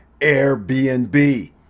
Airbnb